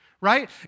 right